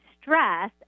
stress